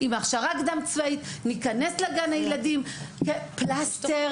להיכנס לגן הילדים כפלסטר,